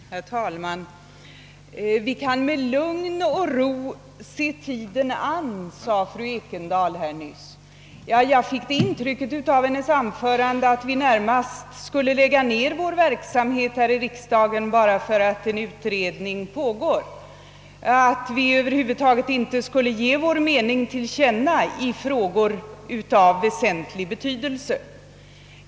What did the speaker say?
Herr talman! Vi kan med lugn och ro se tiden an, sade fru Ekendahl nyss. Jag fick det intrycket av hennes anförande, att vi snarast borde lägga ner vår verksamhet här i riksdagen bara därför att en utredning pågår och att vi över huvud taget inte borde ge vår mening till känna i frågor av väsentlig betydelse.